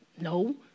no